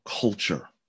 culture